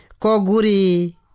koguri